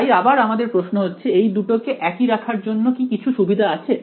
তাই আবার আমাদের প্রশ্ন হচ্ছে এই দুটোকে একই রাখার জন্য কি কিছু সুবিধা আছে